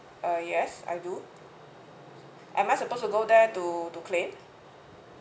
uh yes I do am I supposed to go there to to claim